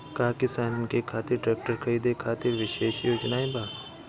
का किसानन के खातिर ट्रैक्टर खरीदे खातिर विशेष योजनाएं बा?